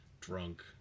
drunk